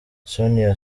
sonia